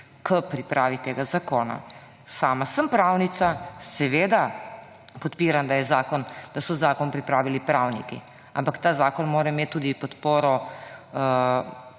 k pripravi tega zakona. Sama sem pravnica, seveda podpiram, da so zakon pripravili pravniki, ampak ta zakon mora imeti tudi podporo